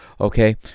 okay